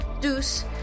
Deuce